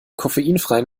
koffeinfreien